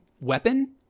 weapon